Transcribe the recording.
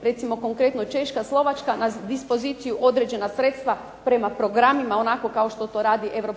recimo Češka, Slovačka na dispoziciju određena sredstva prema programima kao što to radi EU,